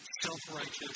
self-righteous